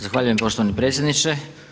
Zahvaljujem poštovani predsjedniče.